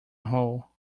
hall